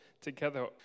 together